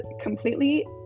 completely